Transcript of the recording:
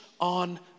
on